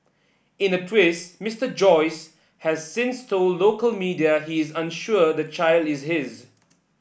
in a twist Mister Joyce has since told local media he is unsure the child is his